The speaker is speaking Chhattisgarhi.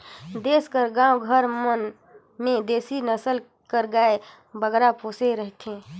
देस कर गाँव घर मन में देसी नसल कर गाय बगरा पोसे रहथें